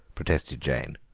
protested jane.